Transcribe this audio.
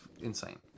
insane